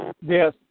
Yes